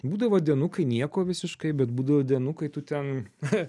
būdavo dienų kai nieko visiškai bet būdavo dienų kai tu ten